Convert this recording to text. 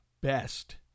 best